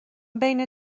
بین